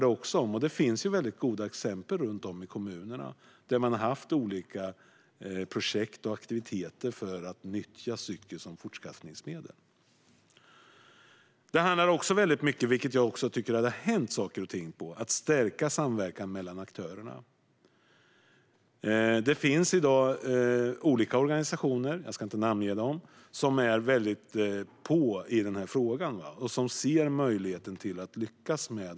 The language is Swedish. Runt om i kommunerna finns det väldigt goda exempel med olika projekt och aktiviteter för att lära sig nyttja cykel som fortskaffningsmedel. Vi måste också stärka samverkan mellan aktörerna, och här tycker jag att det har hänt mycket. I dag finns olika organisationer - jag ska inte namnge dem - som är väldigt på i frågan och som ser möjligheten att lyckas här.